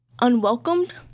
unwelcomed